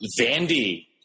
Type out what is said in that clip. Vandy